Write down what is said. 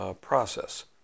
process